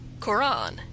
Quran